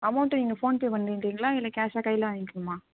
amount நீங்கள் PhonePe பண்ணிடுறீங்களா இல்லை கேஷாக கையில் வாங்கிக்கணுமா